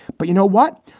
but you know what?